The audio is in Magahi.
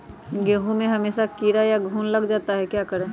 गेंहू में हमेसा कीड़ा या घुन लग जाता है क्या करें?